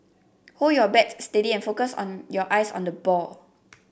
hold your bat steady and focus on your eyes on the ball